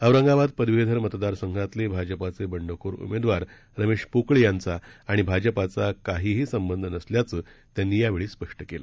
औरंगाबाद पदवीधर मतदारसंघातले भाजपाचे बंडखोर उमेदवार रमेश पोकळे यांचा आणि भाजपाचा काहीही संबंध नसल्याचं त्यांनी यावेळी स्पष्ट केलं